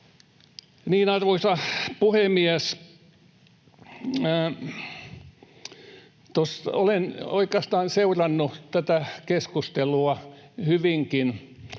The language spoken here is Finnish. Arvoisa puhemies! Olen oikeastaan seurannut tätä keskustelua hyvinkin